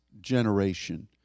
generation